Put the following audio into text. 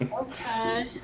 okay